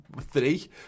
three